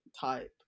type